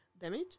Damage